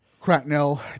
Cracknell